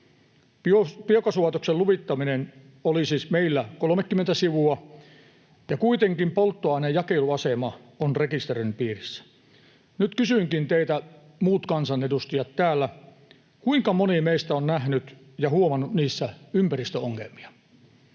Biokaasulaitoksen luvittaminen oli siis meillä 30 sivua, ja kuitenkin polttoaineen jakeluasema on rekisteröinnin piirissä. Nyt kysynkin teiltä, muut kansanedustajat täällä: kuinka moni meistä on nähnyt ja huomannut niissä ympäristöongelmia?